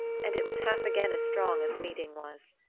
and it was half again as strong as laeding was.